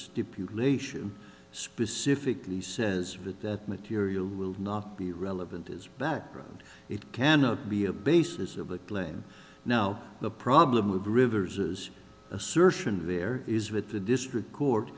stipulation specifically says that material will not be relevant is background it cannot be a basis of a claim now the problem with rivers is assertion there is with the district court